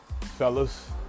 Fellas